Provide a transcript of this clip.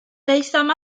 daethom